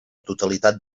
totalitat